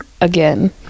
again